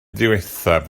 ddiwethaf